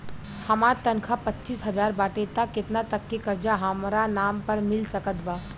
हमार तनख़ाह पच्चिस हज़ार बाटे त केतना तक के कर्जा हमरा नाम पर मिल सकत बा?